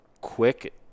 quick